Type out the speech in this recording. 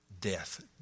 Death